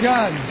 God